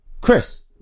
Chris